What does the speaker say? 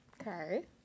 okay